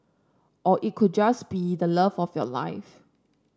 or it could just be the love of your life